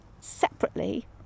separately